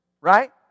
right